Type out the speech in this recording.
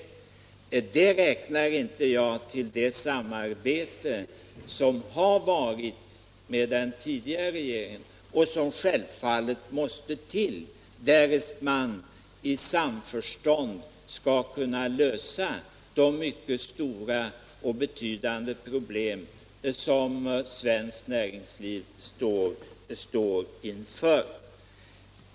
Det räknar jag inte till det samarbete som har varit med den tidigare regeringen och som självfallet måste till, därest man i samförstånd skall kunna lösa de mycket stora och betydande problem som svenskt näringsliv står inför.